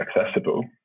Accessible